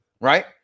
right